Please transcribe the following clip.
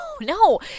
no